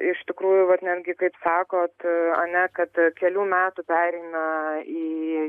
iš tikrųjų vat netgi kaip sakot a ne kad kelių metų pereina į